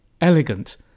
elegant